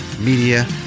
Media